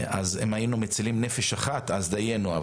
אם היינו מצילים נפש אחת, דיינו.